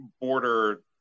border